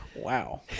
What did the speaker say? wow